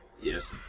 Yes